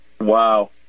Wow